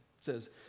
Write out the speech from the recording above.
says